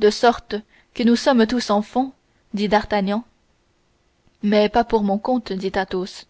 de sorte que nous sommes tous en fonds dit d'artagnan mais pas pour mon compte dit athos